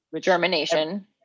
Germination